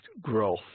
growth